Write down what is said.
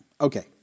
Okay